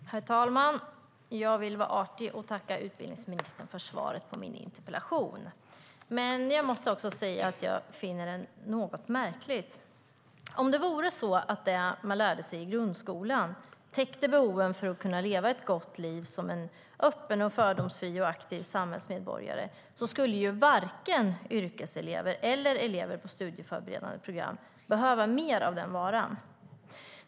Herr talman! Jag vill vara artig och tacka utbildningsministern för svaret på min interpellation. Jag finner det dock något märkligt. Om det vore så att det man lärde sig i grundskolan täckte behoven för att kunna leva ett gott liv som en öppen, fördomsfri och aktiv samhällsmedborgare skulle varken yrkeselever eller elever på studieförberedande program behöva mer av den varan.